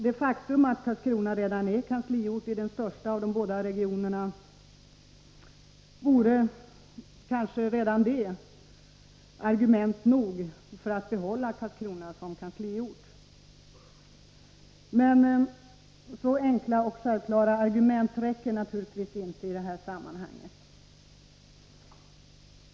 Det faktum att Karlskrona redan är kansliort i.den största av de båda regionerna vore kanske argument nog för att behålla Karlskrona som kansliort. Men så enkla och självklara argument räcker naturligtvis inte i det här sammanhanget.